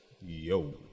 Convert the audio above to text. Yo